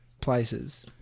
places